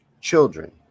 children